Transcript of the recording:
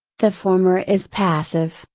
the former is passive,